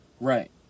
Right